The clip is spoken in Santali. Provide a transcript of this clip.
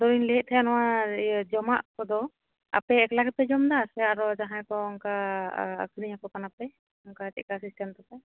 ᱟᱫᱚᱧ ᱞᱟᱹᱭᱮᱫ ᱛᱟᱦᱮᱫ ᱱᱚᱶᱟ ᱡᱚᱢᱟᱜ ᱠᱚᱫᱚ ᱟᱯᱮ ᱮᱠᱞᱟᱜᱮᱯᱮ ᱡᱚᱢ ᱮᱫᱟ ᱥᱮ ᱟᱨᱦᱚᱸ ᱡᱟᱦᱟᱸᱭ ᱠᱚ ᱚᱱᱠᱟ ᱟᱹᱠᱷᱟᱨᱤᱧ ᱟᱠᱚ ᱠᱟᱱᱟ ᱯᱮ ᱚᱱᱠᱟ ᱪᱮᱫ ᱞᱮᱠᱟ ᱥᱤᱥᱴᱮᱢ ᱛᱟᱯᱮ